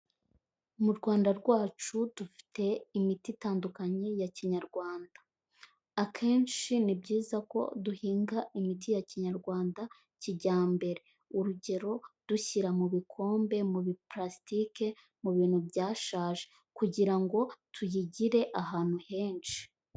Mu Rwanda rwacu dufite imiti itandukanye ya kinyarwanda, akenshi ni byiza ko duhinga imiti ya kinyarwanda kijyambere urugero dushyira mu bikombe, mu biplasitike, mu bintu byashaje kugira ngo tuyigire ahantu henshi.